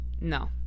No